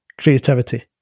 creativity